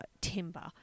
timber